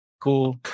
cool